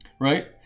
Right